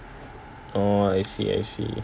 oh I see I see